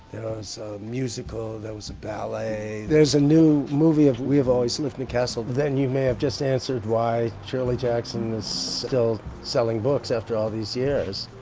so musical, there was a ballet, there's a new movie of we have always lived in the castle. then you may have just answered why shirley jackson is still selling books after all these years.